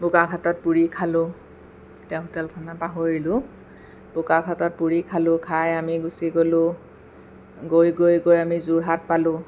বোকাখাতত পুৰি খালোঁ এতিয়া হোটেলখনৰ নাম পাহৰিলোঁ বোকাখাতত পুৰি খালোঁ খাই আমি গুচি গ'লোঁ গৈ গৈ গৈ আমি যোৰহাট পালোঁ